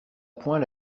point